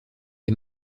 est